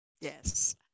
Yes